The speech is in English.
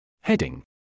Heading